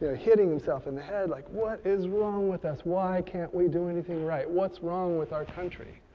ah hitting himself in the head, like what is wrong with us? why can't we do anything right? what's wrong with our country?